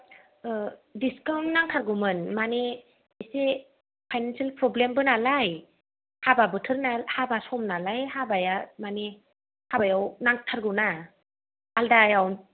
discount नांथारगौमोन मानि एसे फाइनानसियेल प्रब्लेमबो नालाय हाबा बोथोर नालाय हाबा सम नालाय हाबाया माने हाबायाव नांथारगौ ना आलदायाव